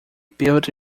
built